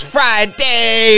Friday